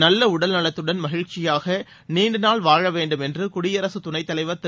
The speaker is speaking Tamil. நல்ல உடல்நலத்துடன் மகிழ்ச்சியாக நீண்ட நாள் வாழ வேண்டும் என்று குடியரசுத் துணைத்தலைவா் திரு